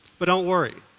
but don't worry,